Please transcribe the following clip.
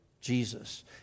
Jesus